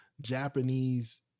Japanese